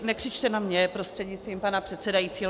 Nekřičte na mě, prostřednictvím pana předsedajícího.